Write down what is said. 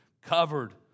covered